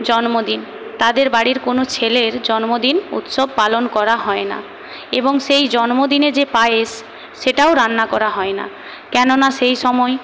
জন্মদিন তাদের বাড়ির কোনো ছেলের জন্মদিন উৎসব পালন করা হয় না এবং সেই জন্মদিনে যে পায়েস সেটাও রান্না করা হয় না কেনোনা সেই সময়